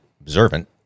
observant